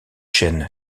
chaine